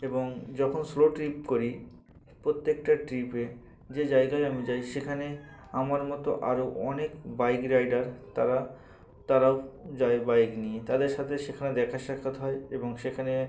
এবং যখন solo trip করি প্রত্যেকটা ট্রিপে যে জায়গায় আমি যাই সেখানে আমার মতো আরও অনেক বাইক রাইডার তারা তারাও যায় বাইক নিয়ে তাদের সাথে সেখানে দেখা সাক্ষাৎ হয় এবং সেখানে